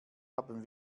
haben